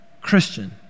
Christian